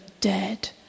dead